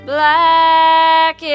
Black